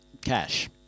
cash